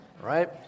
right